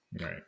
Right